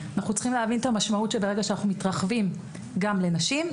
אנחנו צריכים להבין את המשמעות שברגע שאנחנו מתרחבים גם לנשים,